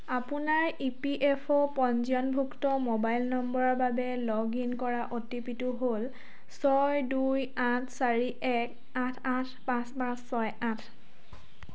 আপোনাৰ E P F O পঞ্জীয়নভুক্ত mobile নম্বৰৰ বাবে লগ ইন কৰা অ'টিপিটো হ'ল ছয় দুই আঠ চাৰি এক আঠ আঠ পাঁচ পাঁচ ছয় আঠ